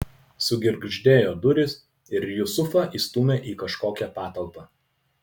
sugirgždėjo durys ir jusufą įstūmė į kažkokią patalpą